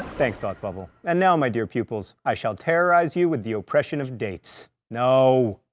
thanks, thought bubble. and now, my dear pupils, i shall terrorize you with the oppression of dates. no.